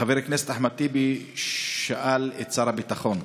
חבר הכנסת אחמד טיבי שאל את שר הביטחון: